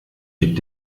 mit